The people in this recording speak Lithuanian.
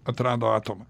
atrado atomą